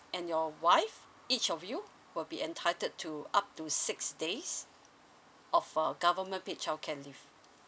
and your wife each of you will be entitled to up to six days of uh government paid child care leave